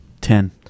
Ten